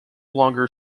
longer